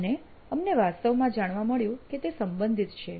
અને અમને વાસ્તવમાં જાણવા મળ્યું કે તે સંબંધિત છે